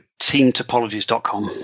teamtopologies.com